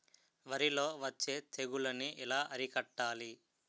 వరిలో వచ్చే తెగులని ఏలా అరికట్టాలి?